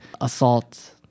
assault